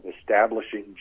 establishing